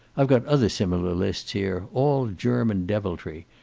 i've got other similar lists, here, all german deviltry.